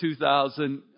2000